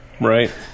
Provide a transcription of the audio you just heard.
Right